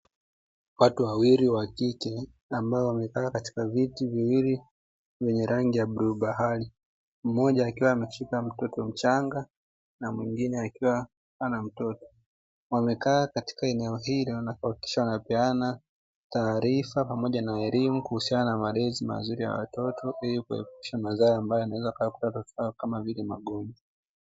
Watu wawili wa kike ambao wamekaa katika viti viwili vyenye rangi ya bluu bahari, mmoja akiwa ameshika mtoto mchanga, na mwingine akiwa hana mtoto. Wamekaa katika eneo hilo na kuhakikisha wanapeana taarifa pamoja na elimu kuhusiana na malezi mazuri ya watoto, ili kuepusha madhara ambayo yanayoweza kuwakuta watoto wao, kama vile magonjwa.